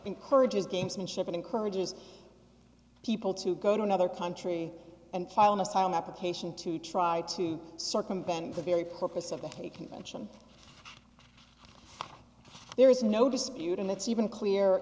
encourages gamesmanship and encourages people to go to another country and file an asylum application to try to circumvent the very purpose of the hague convention there is no dispute and that's even clear